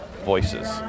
voices